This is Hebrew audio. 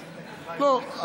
לא.